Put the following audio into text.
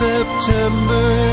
September